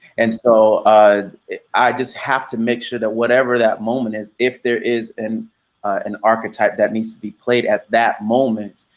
and so i just have to make sure that whatever that moment is, if there is an an archetype that needs to be played at that moment,